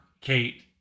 Kate